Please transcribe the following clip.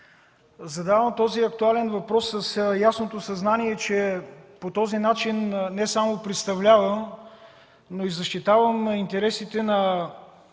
Задавам актуалния въпрос с ясното съзнание, че по този начин не само представлявам, но и защитавам интересите на